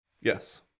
Yes